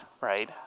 right